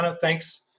thanks